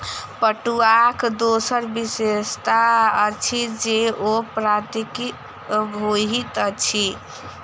पटुआक दोसर विशेषता अछि जे ओ प्राकृतिक होइत अछि